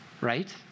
Right